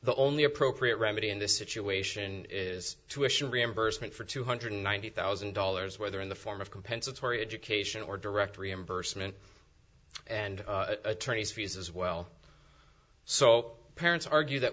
the only appropriate remedy in this situation is to issue reimbursement for two hundred ninety thousand dollars whether in the form of compensatory education or direct reimbursement and attorney's fees as well so parents argue that